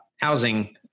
housing